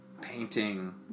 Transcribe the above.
painting